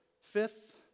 Fifth